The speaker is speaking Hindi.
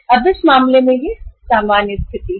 अब इस मामले में यह सामान्य स्थिति है